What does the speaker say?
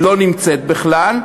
שלא נמצאת בכלל,